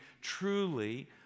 truly